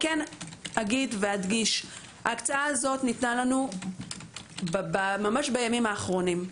אדגיש שההקצאה הזאת ניתנה לנו ממש בימים האחרונים.